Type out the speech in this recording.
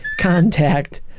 contact